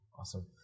Awesome